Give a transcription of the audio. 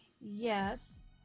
Yes